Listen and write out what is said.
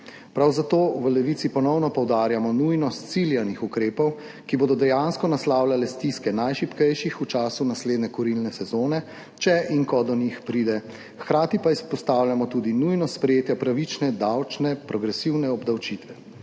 Prav zato v Levici ponovno poudarjamo nujnost ciljanih ukrepov, ki bodo dejansko naslavljale stiske najšibkejših v času naslednje kurilne sezone, če in ko do njih pride, hkrati pa izpostavljamo tudi nujnost sprejetja pravične davčne progresivne obdavčitve,